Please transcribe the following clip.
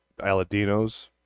Aladinos